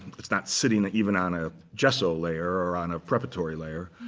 it's not sitting even on a gso layer or on a preparatory layer.